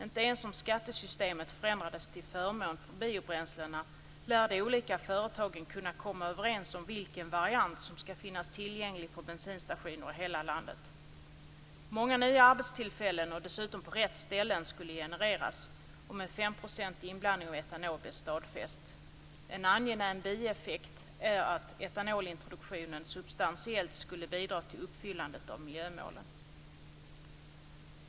Inte ens om skattesystemet förändrades till förmån för biobränslena lär de olika företagen kunna komma överens om vilken variant som skall finnas tillgänglig på bensinstationer i hela landet. Många nya arbetstillfällen, dessutom på rätta ställen, skulle genereras om en femprocentig inblandning av etanol blev stadfäst. En angenäm bieffekt är att etanolintroduktionen substantiellt skulle bidra till uppfyllandet av miljömålen.